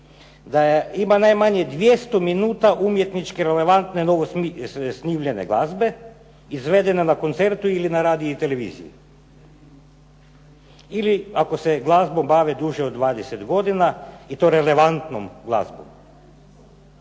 Da ima najmanje 200 minuta umjetniče relevantne novosnimljene glazbe, izvedene na koncertu ili na radiji i televiziji. Ili ako se glazbom bave duže od 20 godina i to relevantnom glazbom.